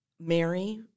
Mary